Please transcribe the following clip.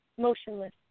Motionless